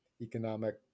economic